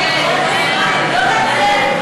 ההצעה להעביר לוועדה את